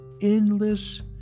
endless